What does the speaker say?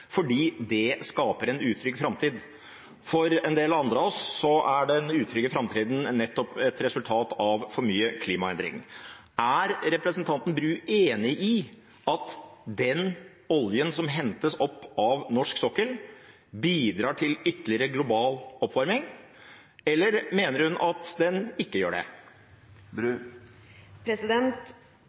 fordi det skaper en utrygg framtid. For en del andre av oss er den utrygge framtiden nettopp et resultat av for store klimaendringer. Er representanten Bru enig i at den oljen som hentes opp av norsk sokkel, bidrar til ytterligere global oppvarming, eller mener hun at den ikke gjør det?